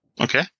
Okay